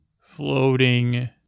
floating